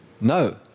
No